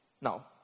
Now